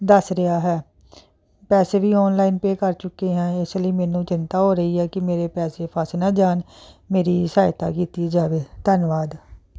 ਦੱਸ ਰਿਹਾ ਹੈ ਪੈਸੇ ਵੀ ਔਨਲਾਈਨ ਪੇ ਕਰ ਚੁੱਕੀ ਹਾਂ ਇਸ ਲਈ ਮੈਨੂੰ ਚਿੰਤਾ ਹੋ ਰਹੀ ਹੈ ਕਿ ਮੇਰੇ ਪੈਸੇ ਫਸ ਨਾ ਜਾਣ ਮੇਰੀ ਸਹਾਇਤਾ ਕੀਤੀ ਜਾਵੇ ਧੰਨਵਾਦ